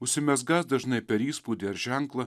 užsimezgąs dažnai per įspūdį ar ženklą